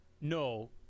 no